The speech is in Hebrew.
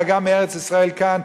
אלא גם מארץ-ישראל כאן.